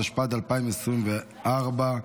התשפ"ד 2024,